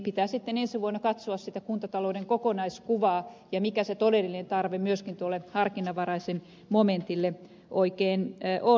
pitää sitten ensi vuonna katsoa sitä kuntatalouden kokonaiskuvaa ja sitä mikä se todellinen tarve myöskin tuolle harkinnanvaraisen momentille oikein on